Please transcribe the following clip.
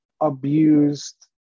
abused